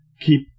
keep